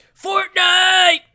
Fortnite